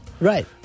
Right